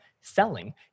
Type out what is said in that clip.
selling